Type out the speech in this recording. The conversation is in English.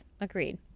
Agreed